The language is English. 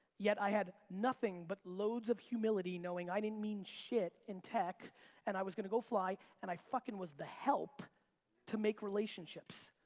yet i had nothing but loads of humility knowing i didn't mean shit in tech and i was gonna go fly, and i fuckin' was the help to make relationships.